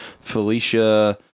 Felicia